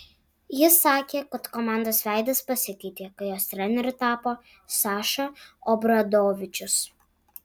jis sakė kad komandos veidas pasikeitė kai jos treneriu tapo saša obradovičius